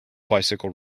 bicycle